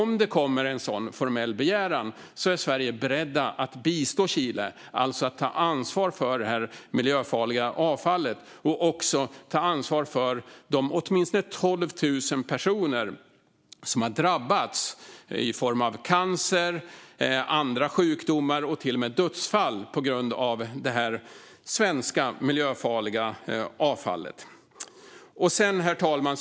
Om det kommer en sådan formell begäran, är Sverige berett att bistå Chile, ta ansvar för det här miljöfarliga avfallet och även ta ansvar för de åtminstone 12 000 personer som har drabbats i form av cancer, andra sjukdomar och till och med dödsfall på grund av det svenska miljöfarliga avfallet? Herr talman!